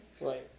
Right